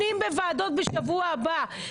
אבל אין דיונים בוועדות בשבוע הבא,